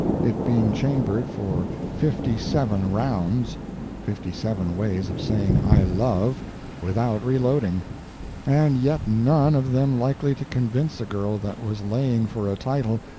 it being chambered for fifty-seven rounds fifty-seven ways of saying i love without reloading and yet none of them likely to convince a girl that was laying for a title,